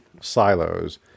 silos